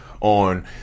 on